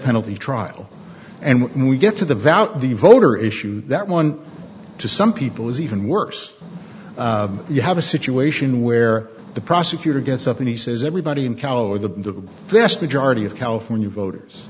penalty trial and when we get to the valve the voter issue that one to some people is even worse you have a situation where the prosecutor gets up and he says everybody in kalar the vast majority of california voters